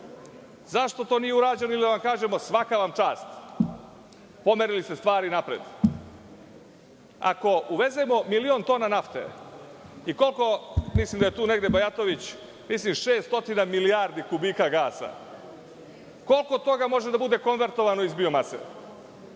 zašto to nije urađeno ili da vam kažemo - svaka vam čast, pomerili ste stvari napred. Ako uvezemo milion tona nafte, mislim da je tu negde Bajatović, 600 milijardi kubika gasa, koliko toga može da bude konvertovano iz biomase?